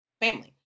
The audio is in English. family